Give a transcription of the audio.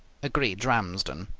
agreed ramsden.